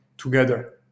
together